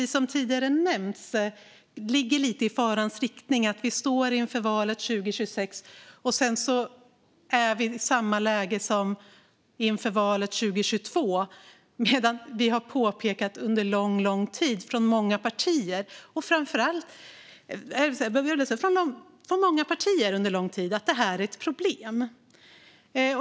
Som tidigare nämnts ligger det lite i farans riktning att vi står inför valet 2026 och är i samma läge som inför valet 2022, medan vi under lång tid från många partier har påpekat att detta är ett problem.